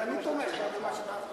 אני תמיד תומך, מלאכתם